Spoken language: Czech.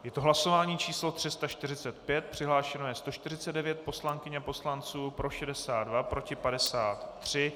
Je to hlasování číslo 345, přihlášeno je 149 poslankyň a poslanců, pro 62, proti 53.